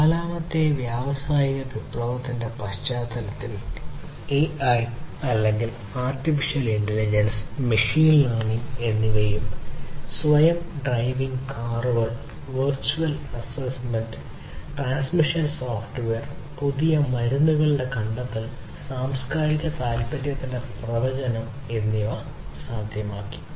നാലാമത്തെ വ്യാവസായിക വിപ്ലവത്തിന്റെ പശ്ചാത്തലത്തിൽ AI അല്ലെങ്കിൽ ആർട്ടിഫിഷ്യൽ ഇന്റലിജൻസ് മെഷീൻ ലേണിംഗ് എന്നിവയും സ്വയം ഡ്രൈവിംഗ് കാറുകൾ വെർച്വൽ അസസ്മെന്റ് ട്രാൻസിഷണൽ സോഫ്റ്റ്വെയർ പുതിയ മരുന്നുകളുടെ കണ്ടെത്തൽ സാംസ്കാരിക താൽപ്പര്യത്തിന്റെ പ്രവചനം എന്നിവ സാധ്യമാക്കി